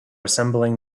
assembling